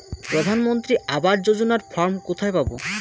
প্রধান মন্ত্রী আবাস যোজনার ফর্ম কোথায় পাব?